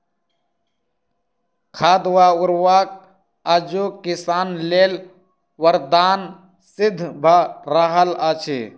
खाद वा उर्वरक आजुक किसान लेल वरदान सिद्ध भ रहल अछि